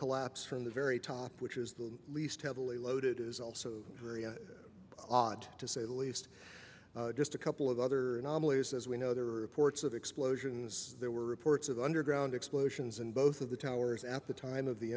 collapse from the very top which is the least heavily loaded is also odd to say the least just a couple of other anomalies as we know there are reports of explosions there were reports of underground explosions in both of the towers at the time of the